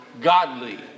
Godly